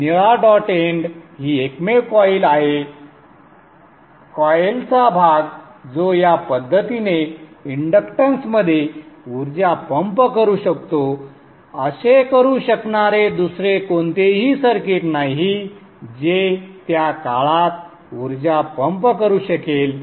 तर निळा dot end ही एकमेव कॉइल आहे कॉइलचा भाग जो या पद्धतीने इंडक्टन्समध्ये ऊर्जा पंप करू शकतो असे करू शकणारे दुसरे कोणतेही सर्किट नाही जे त्या काळात ऊर्जा पंप करू शकेल